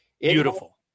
Beautiful